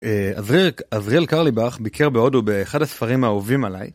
עזריאל קרליבך ביקר בהודו באחד הספרים האהובים עליי.